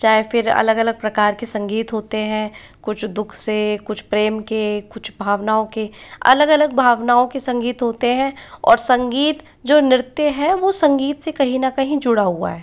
चाहे फिर अलग अलग प्रकार के संगीत होते हैं कुछ दुख से कुछ प्रेम के कुछ भावनाओं के अलग अलग भावनाओं के संगीत होते हैं और संगीत जो नृत्य है वो संगीत से कहीं ना कहीं जुड़ा हुआ है